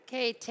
Okay